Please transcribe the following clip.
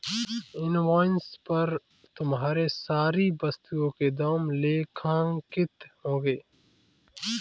invoice पर तुम्हारे सारी वस्तुओं के दाम लेखांकित होंगे